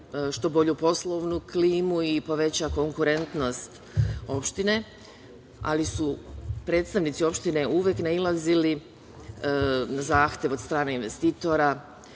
što bolju poslovnu klimu i poveća konkurentnost opštine, ali su predstavnici opštine uvek nailazili na zahtev od strane investitora